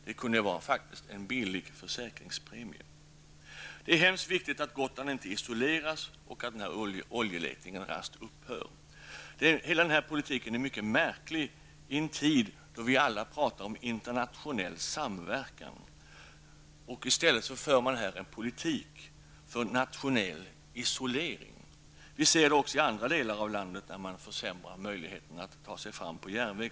Det kunde faktiskt vara en billig försäkringspremie. Det är mycket viktigt att Gotland inte isoleras och att oljeletningen raskt upphör. Hela denna politik är mycket märklig i en tid då vi alla pratar om internationell samverkan. I stället för man här en politik för nationell isolering. Vi ser det också i andra delar av landet, där man försämrar möjligheten att ta sig fram på järnväg.